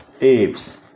apes